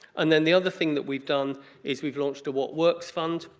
and then the other thing that we've done is we've launched a what works fund.